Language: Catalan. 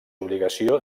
obligació